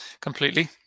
completely